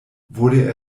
wurde